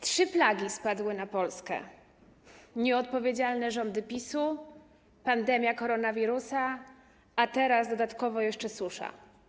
Trzy plagi spadły na Polskę: nieodpowiedzialne rządy PiS-u, pandemia koronawirusa, a teraz dodatkowo jeszcze susza.